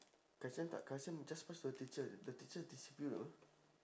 kai xuan thought kai xuan just pass to the teacher the teacher distribute you know